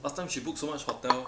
last time she book so much hotel